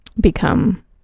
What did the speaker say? become